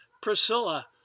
Priscilla